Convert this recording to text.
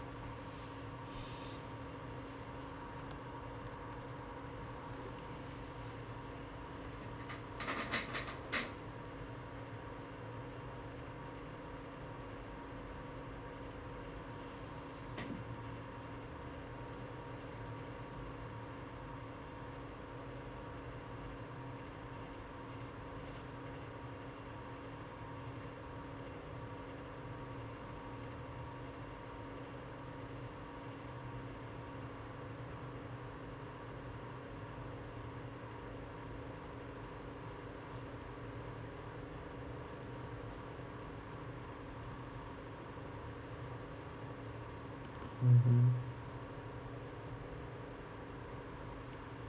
mmhmm